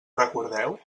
recordeu